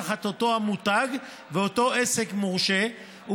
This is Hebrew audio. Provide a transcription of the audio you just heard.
תחת אותו מותג ואותו עסק מורשה,